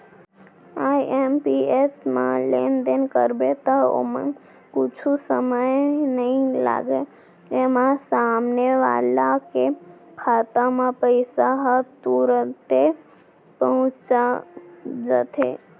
IMPS म लेनदेन करबे त ओमा कुछु समय नइ लागय, एमा सामने वाला के खाता म पइसा ह तुरते पहुंच जाथे